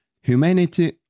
Humanity